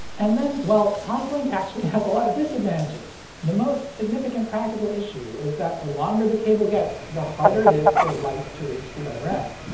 and then, well, toslink actually has a lot of disadvantages. the most significant practical issue is that the longer the cable gets, the harder it is for light to reach the other end.